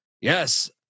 Yes